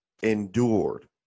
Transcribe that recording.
endured